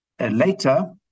later